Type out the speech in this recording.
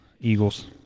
Eagles